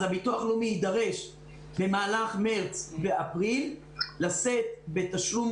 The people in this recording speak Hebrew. אז הביטוח הלאומי יידרש במהלך מרץ ואפריל לשאת בתשלום